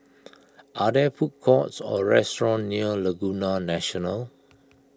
are there food courts or restaurants near Laguna National